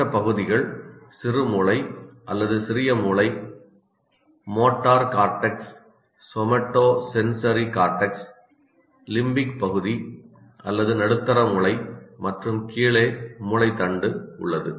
மற்ற பகுதிகள் சிறுமூளை அல்லது சிறிய மூளை இவ்வாறு அழைக்கப்படுகிறது motor cortex somatosensory cortex limbic பகுதி அல்லது நடுத்தர மூளை மற்றும் கீழே மூளைத்தண்டு உள்ளது